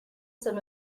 some